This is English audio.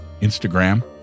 Instagram